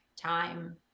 time